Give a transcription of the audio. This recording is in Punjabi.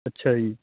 ਅੱਛਾ ਜੀ